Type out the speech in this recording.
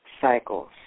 cycles